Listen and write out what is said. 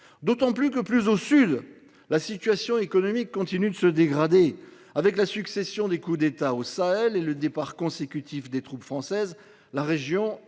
flagrant que, plus au sud, la situation économique continue de se dégrader, avec la succession de coups d’État au Sahel et le départ consécutif des troupes françaises. La région